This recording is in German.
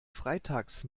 freitags